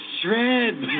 shred